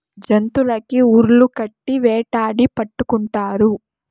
జంతులకి ఉర్లు కట్టి వేటాడి పట్టుకుంటారు